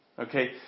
Okay